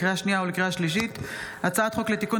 לקריאה שנייה ולקריאה שלישית: הצעת חוק לתיקון